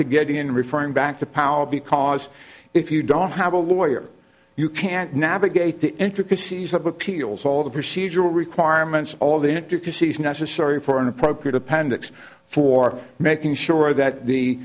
to getting in referring back to power because if you don't have a lawyer you can't navigate the intricacies of appeals all the procedural requirements all the intricacies necessary for an appropriate appendix for making sure that the